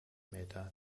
meter